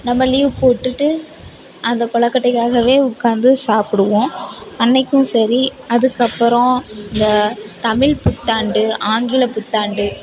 நம்ம லீவு போட்டுவிட்டு அந்த கொழுக்கட்டைக்காகவே உட்காந்து சாப்பிடுவோம் அன்னைக்கும் சரி அதுக்கப்புறம் இந்த தமிழ் புத்தாண்டு ஆங்கிலப் புத்தாண்டு